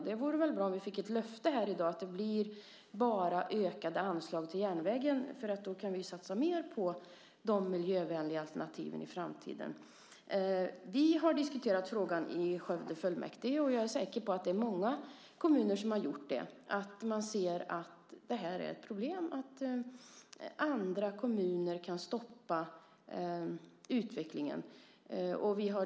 Det vore bra om vi fick ett löfte här i dag att det enbart blir ökade anslag till järnvägen, för då kan vi satsa mer på de miljövänliga alternativen i framtiden. Vi har diskuterat frågan i Skövde fullmäktige, och jag är säker på att det är många kommuner som har gjort det. Man ser att det är ett problem att andra kommuner kan stoppa utvecklingen.